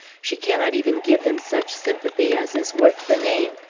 she cannot even give him such sympathy as is worth the name.